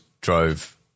drove